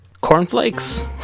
cornflakes